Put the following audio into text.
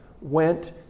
went